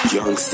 Young